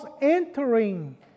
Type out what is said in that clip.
entering